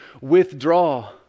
withdraw